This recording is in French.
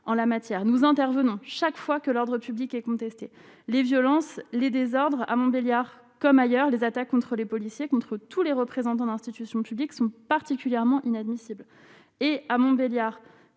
en la matière, nous intervenons chaque fois que l'ordre public est contesté les violences, les désordres à Montbéliard, comme ailleurs, les attaques contre les policiers contre tous les représentants d'institutions publiques sont particulièrement inadmissibles et à Montbéliard,